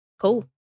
Cool